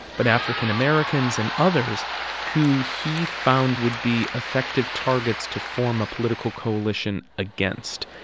but african-americans and others who he found would be effective targets to form a political coalition against.